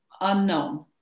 unknown